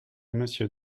monsieur